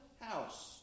house